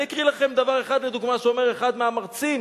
אני אקריא לכם דבר אחד לדוגמה שאומר אחד מהמרצים